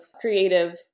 creative